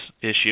issue